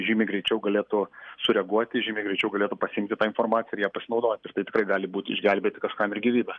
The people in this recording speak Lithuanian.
žymiai greičiau galėtų sureaguoti žymiai greičiau galėtų pasiimti tą informaciją ir ją pasinaudoti tai tikrai gali būt išgelbėti kažkam ir gyvybę